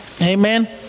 Amen